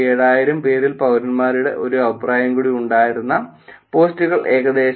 47000 പേരിൽ പൌരന്മാരുടെ ഒരു അഭിപ്രായം കൂടി ഉണ്ടായിരുന്ന പോസ്റ്റു കൾ ഏകദേശം 24000 ആണ്